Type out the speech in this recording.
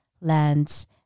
lands